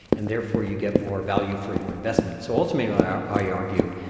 and therefore you get more value for your investment. so ultimately, i i argue,